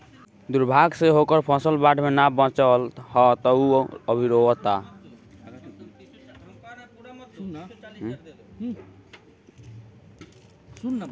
दुर्भाग्य से ओकर फसल बाढ़ में ना बाचल ह त उ अभी रोओता